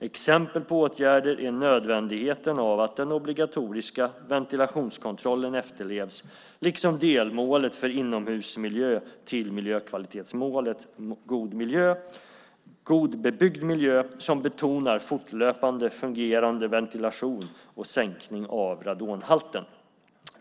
Exempel på åtgärder är nödvändigheten av att den obligatoriska ventilationskontrollen efterlevs, liksom delmålet för inomhusmiljö till miljökvalitetsmålet God bebyggd miljö som betonar fortlöpande fungerande ventilation och sänkning av radonhalten.